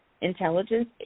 intelligence